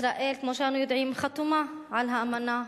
ישראל, כמו שאנחנו יודעים, חתומה על האמנה,